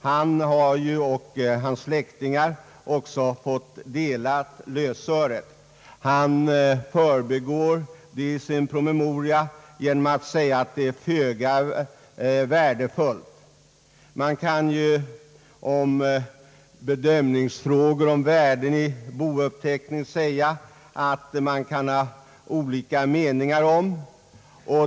Ombudsmannen och hans släktingar har också fått dela lösöret. Han förbigår detta i sin promemoria genom att säga att det är föga värdefullt. I fråga om bedömning av värden i bouppteckningar kan man ha olika meningar.